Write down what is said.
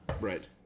Right